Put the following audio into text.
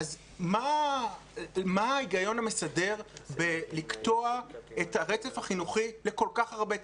אז מה ההיגיון המסדר בלקטוע את הרצף החינוכי לכל כך הרבה תלמידים?